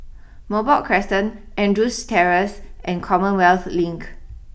Merbok Crescent Andrews Terrace and Commonwealth Link